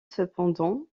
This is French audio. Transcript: cependant